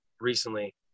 recently